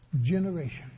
Generation